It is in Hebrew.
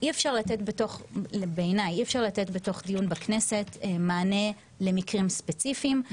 אי אפשר בתוך דיון בכנסת מענה למקרים ספציפיים.